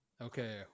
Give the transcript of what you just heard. Okay